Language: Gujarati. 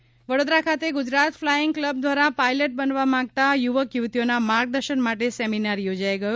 વડોદરા પાયલટ તાલીમ વડોદરા ખાતે ગુજરાત ફલાઇંગ કલબ દ્વારા પાયલટ બનવા માંગતા યુવકયુવતીઓના માર્ગદર્શન માટે સેમિનાર યોજાઇ ગયો